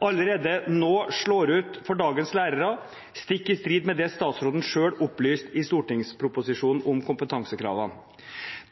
allerede nå slår ut for dagens lærere, stikk i strid med det statsråden selv opplyste i stortingsproposisjonen om kompetansekravene.